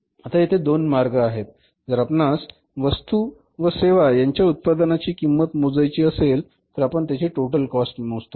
तर आता येथे दोन मार्ग आहेत जर आपणास वस्तू व सेवा यांच्या उत्पादनाची किंमत मोजायची असेल तर आपण त्यांची टोटल कॉस्ट मोजतो